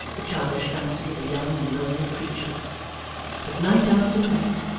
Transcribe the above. the childish fancy of a young and lonely creature but night after night,